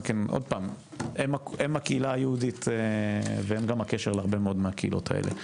הם הקהילה היהודית והם גם הקשר להרבה מאוד מהקהילות האלה.